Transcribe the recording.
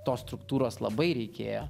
tos struktūros labai reikėjo